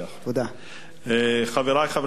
חברי חברי הכנסת, שר האוצר,